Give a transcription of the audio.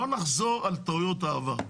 לא נחזור על טעויות העבר.